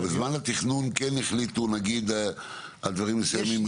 אבל בזמן התכנון כן החליטו על דברים מסוימים,